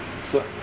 s~